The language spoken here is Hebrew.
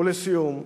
ולסיום,